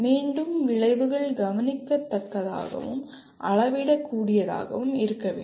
மீண்டும் விளைவுகள் கவனிக்கத்தக்கதாகவும் அளவிடக்கூடியதாகவும் இருக்க வேண்டும்